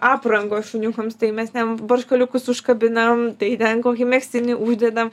aprangos šuniukams tai mes ten barškaliukus užkabinam tai ten kokį megztinį uždedam